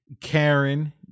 Karen